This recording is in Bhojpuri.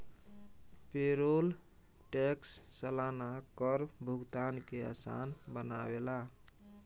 पेरोल टैक्स सलाना कर भुगतान के आसान बनावेला